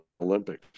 Olympics